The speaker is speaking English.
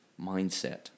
mindset